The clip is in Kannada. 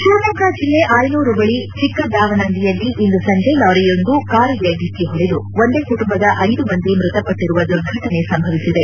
ಶಿವಮೊಗ್ಗ ಜಿಲ್ಲೆ ಆಯನೂರು ಬಳಿ ಚಿಕ್ಕದಾವನಂದಿಯಲ್ಲಿ ಇಂದು ಸಂಜೆ ಲಾರಿಯೊಂದು ಕಾರಿಗೆ ಡಿಕ್ಕಿ ಹೊಡೆದು ಒಂದೇ ಕುಟುಂಬದ ಐದು ಮಂದಿ ಮೃತಪಟ್ಟರುವ ದುರ್ಘಟನೆ ಸಂಭವಿಸಿದೆ